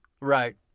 Right